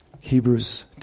Hebrews